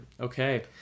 Okay